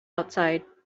outside